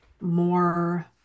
more